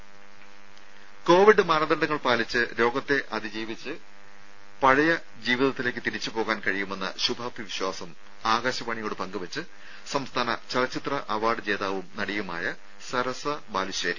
രമേ കോവിഡ് മാനദണ്ഡങ്ങൾ പാലിച്ച് രോഗത്തെ അതിജീവിച്ച് പഴയ ജീവിതത്തിലേക്ക് തിരിച്ചുപോവാൻ കഴിയുമെന്ന ശുഭാപ്തി വിശ്വാസം ആകാശവാണിയോട് പങ്കുവെച്ച് സംസ്ഥാന ചലച്ചിത്ര അവാർഡ് ജേതാവും നടിയുമായ സരസ ബാലുശ്ശേരി